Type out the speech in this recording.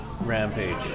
rampage